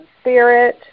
Spirit